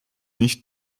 nicht